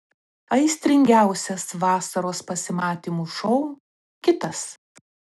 aistringiausias vasaros pasimatymų šou kitas